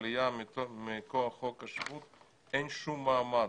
מכוח חוק השבות והעלייה אין שום מעמד,